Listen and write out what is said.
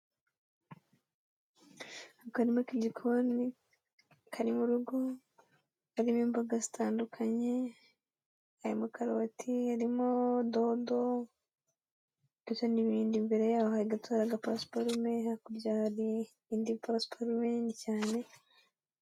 Akarima k'igikoni kari mu rugo, karimo imboga zitandukanye, harimo karoti, harimo dodo, ndetse n'ibindi, imbere yaho gato hari agapasiparume, hakurya hari indi pasiparume nini cyane.